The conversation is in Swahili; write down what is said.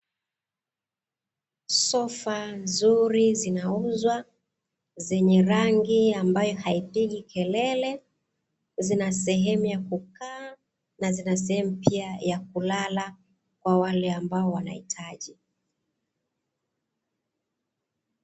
sofa nzuri zinauzwa zenye rangi ambayo haipigi kelele, zinasehemu ya kukaa na zina sehemu pia yakulala kwawale ambao wanaohitaji.